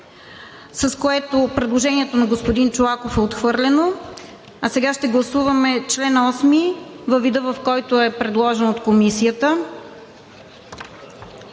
се 20. Предложението на господин Чолаков е отхвърлено. Сега ще гласуваме чл. 8 във вида, в който е предложен от Комисията